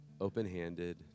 Open-handed